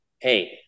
hey